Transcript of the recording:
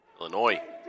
Illinois